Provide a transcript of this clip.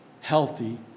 healthy